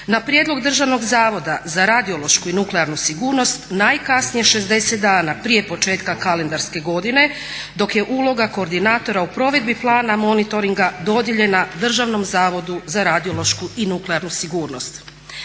Na prijedlog Državnog zavoda za radiološku i nuklearnu sigurnost najkasnije 60 dana prije početka kalendarske godine dok je uloga koordinatora o provedbi plana monitoringa dodijeljena Državnom zavodu za radiološku i nuklearnu sigurnost.